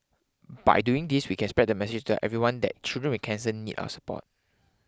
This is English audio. by doing this we can spread the message to tell everyone that children with cancer need our support